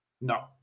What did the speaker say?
No